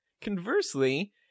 conversely